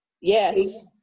Yes